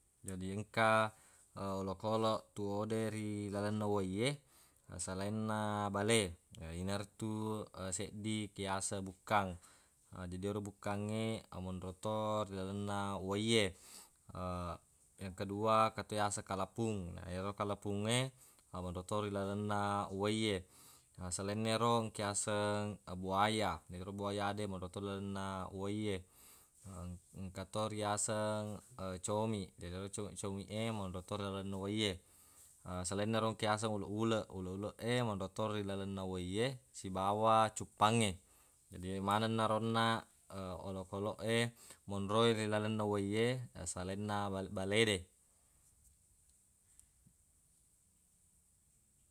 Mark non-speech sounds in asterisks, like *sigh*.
Jadi engka *hesitation* olokoloq tuwo de ri lalenna uwaiye salainna bale inaritu *hesitation* seddi engka yaseng bukkang jadi ero bukkangnge omonro to ri lalenna uwaiye *hesitation* yang kedua engka yaseng kalapung na yero kalapungnge monro to ri lalenna uwaiye na salainna yero engka yaseng buaya na ero buaya de monro to lalenna uwaiye *noise* *hesitation* engka to riyaseng *hesitation* comiq yenaro co- comiq e monro to ri lalenna uwaiye *hesitation* salainna ro engka yaseng uleq-uleq uleq-uleq e monro to ri lalenna uwaiye sibawa cuppangnge jadi yemanenna ro onnaq olokoloq e monroe ri lalenna uwaiye salainna bale de.